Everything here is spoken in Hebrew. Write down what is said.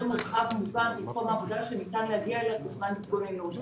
מורחב מוגן במקום העבודה שניתן להגיע אליו בזמן התגוננות.